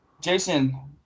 jason